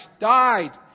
died